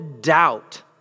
doubt